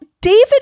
david